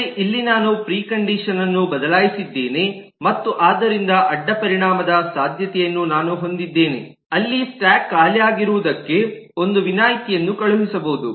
ಆದರೆ ಇಲ್ಲಿ ನಾನು ಪ್ರಿಕಂಡಿಷನ್ ಅನ್ನು ಬದಲಾಯಿಸಿದ್ದೇನೆ ಮತ್ತು ಆದ್ದರಿಂದ ಅಡ್ಡಪರಿಣಾಮದ ಸಾಧ್ಯತೆಯನ್ನು ನಾನು ಹೊಂದಿದ್ದೇನೆ ಅಲ್ಲಿ ಸ್ಟಾಕ್ ಖಾಲಿಯಾಗಿರುವುದಕ್ಕೆ ಒಂದು ವಿನಾಯಿತಿಯನ್ನು ಕಳುಹಿಸಬಹುದು